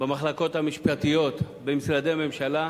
במחלקות המשפטיות במשרדי ממשלה,